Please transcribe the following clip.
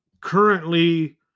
currently